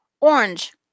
orange